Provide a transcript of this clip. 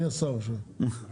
אם זה יואב בן צור,